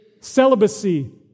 celibacy